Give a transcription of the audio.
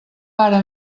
pare